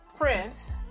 Prince